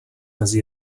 mezi